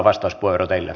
arvoisa puhemies